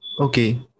Okay